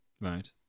Right